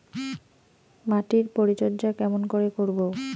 মাটির পরিচর্যা কেমন করে করব?